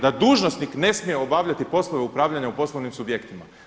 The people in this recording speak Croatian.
Da dužnosnik ne smije obavljati poslove upravljanja u poslovnim subjektima.